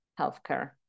healthcare